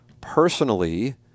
personally